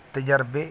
ਤਜਰਬੇ